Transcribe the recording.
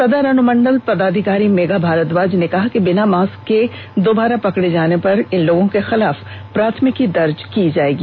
सदर अनुमंडल पदाधिकारी मेघा भारद्वाज ने कहा कि बिना मास्क के दोबारा पकड़े जाने पर इन लोगों के खिलाफ प्राथमिकी दर्ज की जायेगी